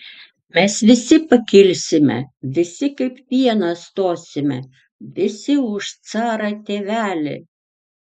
mes visi pa kilsime visi kaip vienas stosime visi už carą tėvelį